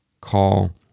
call